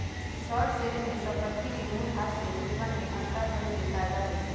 short selling में संपत्ति के मूल्यह्रास से उत्पन्न में अंतर सेहेय फयदा होइ छइ